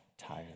tired